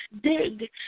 dig